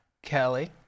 Kelly